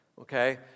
Okay